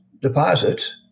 deposits